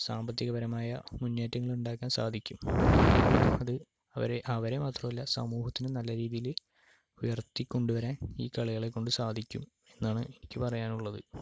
സാമ്പത്തികപരമായ മുന്നേറ്റങ്ങൾ ഉണ്ടാക്കുവാൻ സാധിക്കും അത് അവരെ അവരെ മാത്രമല്ല സമൂഹത്തിനും നല്ല രീതിയില് ഉയർത്തിക്കൊണ്ട് വരാൻ ഈ കളികളെ കൊണ്ട് സാധിക്കും എന്നാണ് എനിക്ക് പറയാനുള്ളത്